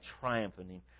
triumphing